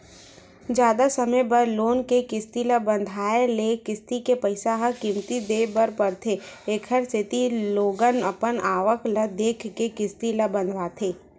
जादा समे बर लोन के किस्ती ल बंधाए ले किस्ती के पइसा ल कमती देय बर परथे एखरे सेती लोगन अपन आवक ल देखके किस्ती ल बंधवाथे